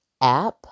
app